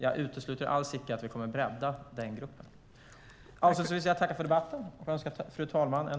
Jag utesluter inte att vi kommer att bredda den gruppen. Tack för debatten!